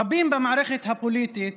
רבים במערכת הפוליטית